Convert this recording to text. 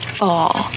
fall